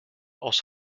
aus